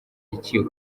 iki